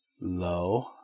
low